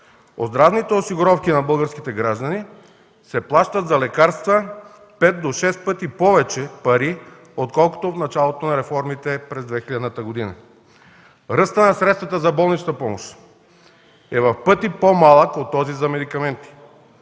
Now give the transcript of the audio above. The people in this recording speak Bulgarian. здравните осигуровки на българските граждани се плаща за лекарства 5 до 6 пъти повече пари отколкото в началото на реформите през 2000 г. Ръстът на средствата за болничната помощ е в пъти по-малък от този за медикаменти.